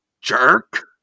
jerk